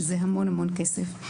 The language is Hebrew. וזה המון המון כסף.